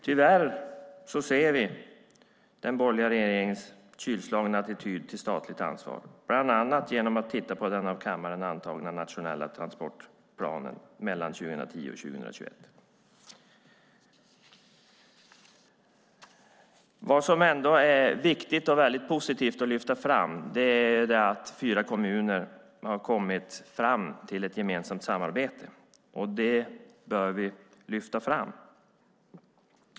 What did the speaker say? Vi ser tyvärr den borgerliga regeringens kyliga attityd till statligt ansvar bland annat i den av kammaren antagna nationella transportplanen för 2010-2021. Det är positivt och viktigt att lyfta fram att fyra kommuner har kommit fram till ett gemensamt samarbete.